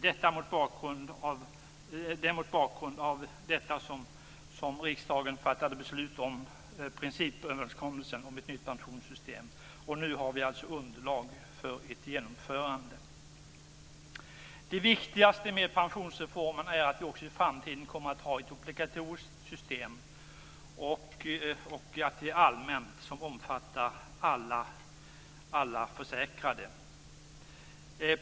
Det är mot bakgrund av detta som riksdagen fattade beslut om principöverenskommelsen om ett nytt pensionssystem, och nu har vi alltså underlag för ett genomförande. Herr talman! Det viktigaste med pensionsreformen är att vi också i framtiden kommer att ha ett obligatoriskt och allmänt system som omfattar alla försäkrade.